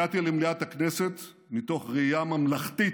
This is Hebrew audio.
הגעתי למליאת הכנסת מתוך ראייה ממלכתית,